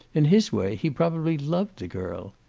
in his way he probably loved the girl.